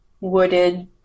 wooded